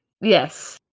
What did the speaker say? Yes